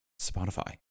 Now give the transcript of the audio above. Spotify